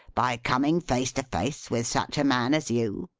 by coming face to face with such a man as you.